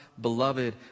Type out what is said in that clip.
beloved